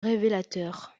révélateur